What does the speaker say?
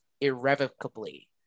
irrevocably